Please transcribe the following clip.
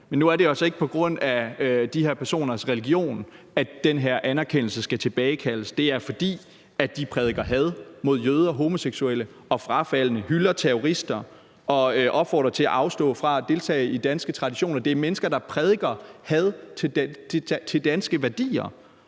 Men nu er det altså ikke på grund af de her personers religion, at den her anerkendelse skal tilbagekaldes. Det er, fordi de prædiker had mod jøder, homoseksuelle og frafaldne, hylder terrorister og opfordrer til at afstå fra at deltage i danske traditioner. Det er mennesker, der prædiker had til danske værdier,